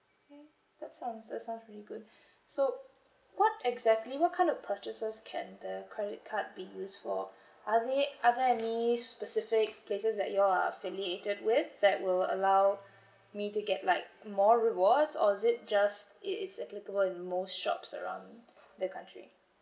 okay that sounds that sounds really good so what exactly what kind of purchases can the credit card be used for are there are there any specific places that you all are affiliated with that will allow me to get like more rewards or is it just it is applicable in most shops around the country